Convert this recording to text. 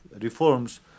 reforms